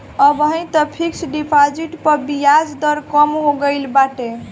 अबही तअ fix deposit पअ बियाज दर कम हो गईल बाटे